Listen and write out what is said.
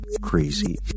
crazy